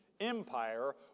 empire